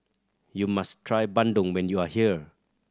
you must try bandung when you are here